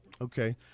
Okay